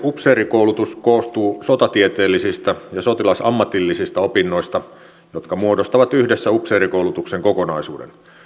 upseerikoulutus koostuu sotatieteellisistä ja sotilasammatillisista opinnoista jotka muodostavat yhdessä upseerikoulutuksen kokonaisuuden